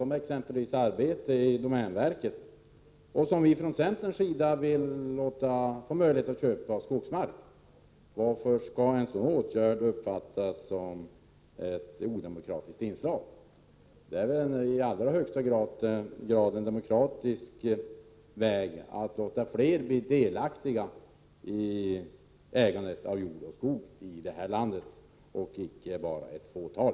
Varför skulle exempelvis en sådan åtgärd som att, vilket vi från centerpartiet vill göra, ge dem som arbetar i domänverket möjlighet att köpa skogsmark uppfattas som ett odemokratiskt inslag? Det är väl i allra högsta grad en demokratisk väg att låta fler bli delaktiga i ägandet av jord och skog i det här landet, icke bara ett fåtal?